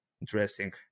interesting